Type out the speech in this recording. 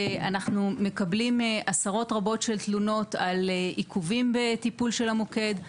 אנחנו מקבלים עשרות רבות של תלונות על עיכובים בטיפול של המוקד,